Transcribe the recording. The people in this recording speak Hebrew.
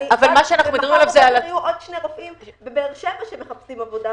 מחר בבוקר יהיו עוד שני רופאים בבאר שבע שמחפשים עבודה.